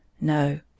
No